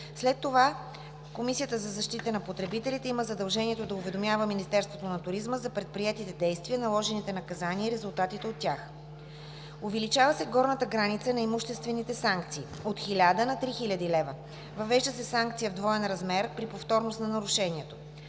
След това Комисията за защита на потребителите има задължението да уведомява Министерството на туризма за предприетите действия, наложените наказания и резултатите от тях. Увеличава се горната граница на имуществените санкции – от 1000 на 3000 лв. Въвежда се санкция в двоен размер при повторност на нарушението.